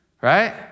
right